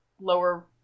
lower